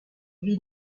vit